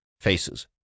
faces